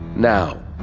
now.